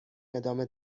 ادامه